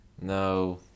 No